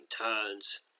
turns